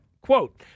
Quote